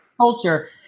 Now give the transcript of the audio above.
culture